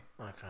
Okay